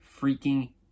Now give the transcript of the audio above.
Freaking